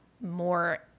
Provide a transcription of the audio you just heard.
more